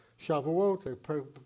Shavuot